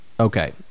Okay